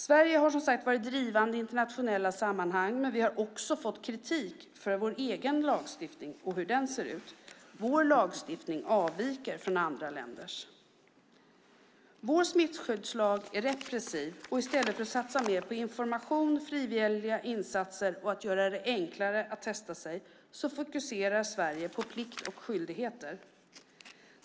Sverige har varit drivande i internationella sammanhang, men vi har också fått kritik för hur vår egen lagstiftning ser ut. Vår lagstiftning avviker från andra länders. Vår smittskyddslag är repressiv, och i stället för att satsa mer på information, frivilliga insatser och att göra det enklare att testa sig fokuserar Sverige på plikt och skyldigheter.